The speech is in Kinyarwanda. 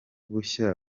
bushya